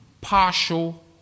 partial